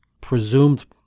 presumed